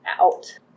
out